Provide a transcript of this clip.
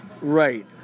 right